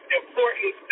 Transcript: important